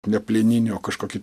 ne plieninį o kažkokį